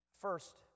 first